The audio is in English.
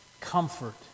comfort